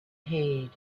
paid